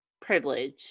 Privilege